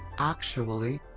actually,